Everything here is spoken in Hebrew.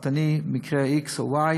אני לא יכול להתערב במקרה פרטני, מקרה x או y,